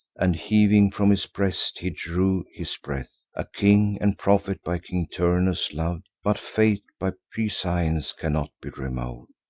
and heaving from his breast, he drew his breath a king and prophet, by king turnus lov'd but fate by prescience cannot be remov'd.